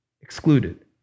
excluded